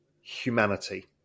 humanity